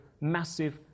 massive